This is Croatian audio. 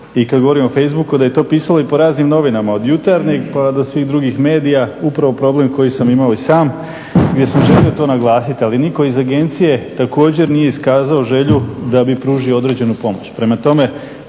i kada govorimo o facebooku da je to pisalo i po raznim novinama od Jutarnjeg pa do svih drugih medija upravo problem koji sam imao i sam gdje sam želio to naglasiti. Ali nitko iz agencije također nije iskazao želju da bi pružio određenu pomoć.